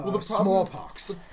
Smallpox